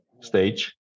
stage